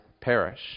perish